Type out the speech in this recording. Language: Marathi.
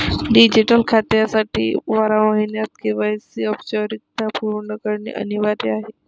डिजिटल खात्यासाठी बारा महिन्यांत के.वाय.सी औपचारिकता पूर्ण करणे अनिवार्य आहे